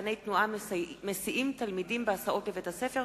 שעברייני תנועה מסיעים תלמידים בהסעות לבית-הספר,